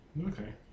Okay